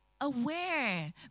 aware